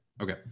Okay